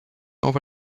over